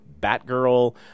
Batgirl